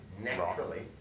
naturally